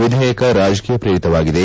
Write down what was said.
ವಿಧೇಯಕ ರಾಜಕೀಯ ಪ್ರೇರಿತವಾಗಿದೆ